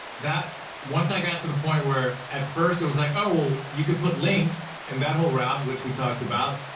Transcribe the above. that, once i got to the point where, at first it was like, oh, well you can put links, and that whole route, which we talked about,